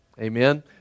amen